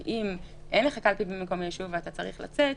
כי אם אין לך קלפי במקום הישוב ואתה צריך לצאת,